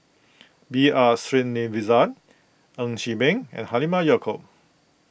B R Sreenivasan Ng Chee Meng and Halimah Yacob